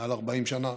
מעל 40 שנה,